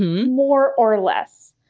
more or less.